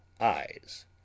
eyes